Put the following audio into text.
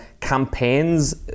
campaigns